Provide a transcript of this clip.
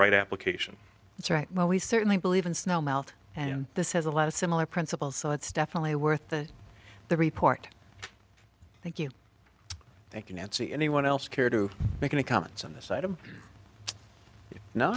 right application it's right well we certainly believe in snow melt and this has a lot of similar principles so it's definitely worth the the report thank you thank you nancy anyone else care to make any comments on this site i'm no